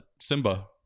Simba